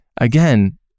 again